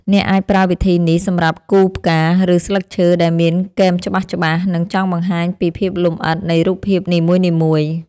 អ្នកអាចប្រើវិធីនេះសម្រាប់គូរផ្កា ឬ ស្លឹកឈើដែលមានគែមច្បាស់ៗ និង ចង់បង្ហាញពីភាពលម្អិតនៃរូបភាពនីមួយៗ។